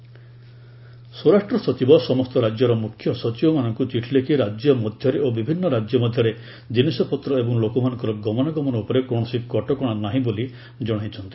HS state chief secretary ସ୍ପରାଷ୍ଟ୍ର ସଚିବ ସମସ୍ତ ରାଜ୍ୟର ମୁଖ୍ୟ ସଚିବମାନଙ୍କୁ ଚିଠି ଲେଖି ରାଜ୍ୟ ମଧ୍ୟରେ ଓ ବିଭିନ୍ନ ରାଜ୍ୟ ମଧ୍ୟରେ ଜିନିଷପତ୍ର ଏବଂ ଲୋକମାନଙ୍କର ଗମନାଗମନ ଉପରେ କୌଣସି କଟକଣା ନାହିଁ ବୋଲି ଜଣାଇଛନ୍ତି